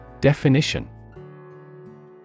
Definition